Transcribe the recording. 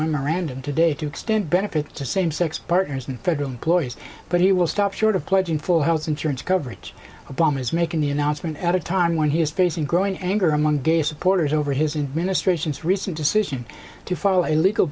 memorandum today to extend benefits to same sex partners and federal employees but he will stop short of pledging full health insurance coverage obama is making the announcement at a time when he is facing growing anger among gay supporters over his in ministrations recent decision to file a legal